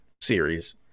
series